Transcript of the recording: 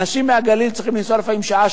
אנשים מהגליל צריכים לנסוע לפעמים שעה,